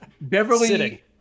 Beverly